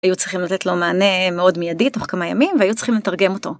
היו צריכים לתת לו מענה מאוד מיידית תוך כמה ימים והיו צריכים לתרגם אותו.